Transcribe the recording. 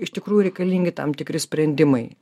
iš tikrųjų reikalingi tam tikri sprendimai